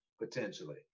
potentially